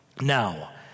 Now